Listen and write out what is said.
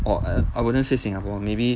or err I wouldn't say singapore maybe